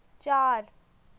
ਚਾਰ